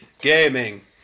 Gaming